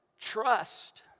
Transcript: Trust